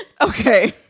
Okay